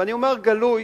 אני אומר בגלוי,